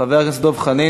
חבר הכנסת דב חנין,